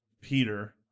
Peter